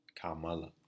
Kamala